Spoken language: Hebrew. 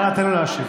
אנא תן לו להשיב.